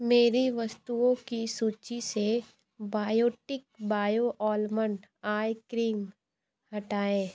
मेरी वस्तुओं की सूची से Biotique bio almond eye cream हटाएँ